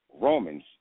Romans